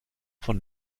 von